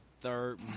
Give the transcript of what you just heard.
third